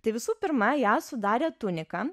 tai visų pirma ją sudarė tunika